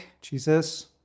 Jesus